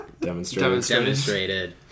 demonstrated